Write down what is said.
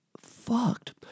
fucked